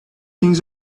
things